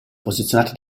posizionate